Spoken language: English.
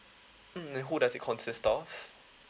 mm and who does it consist of